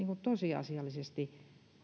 tosiasiallisesti